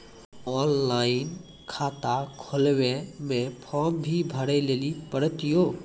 Online खाता खोलवे मे फोर्म भी भरे लेली पड़त यो?